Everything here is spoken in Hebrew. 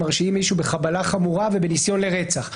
מרשיעים למשל מישהו בחבלה חמורה ובניסיון לרצח,